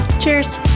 Cheers